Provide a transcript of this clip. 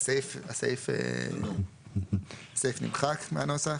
הסעיף נמחק מהנוסח.